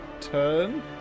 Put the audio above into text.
turn